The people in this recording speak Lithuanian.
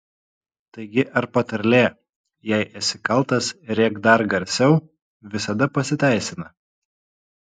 taigi ar patarlė jei esi kaltas rėk dar garsiau visada pasiteisina